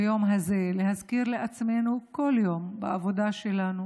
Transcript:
ביום הזה להזכיר לעצמנו כל יום בעבודה שלנו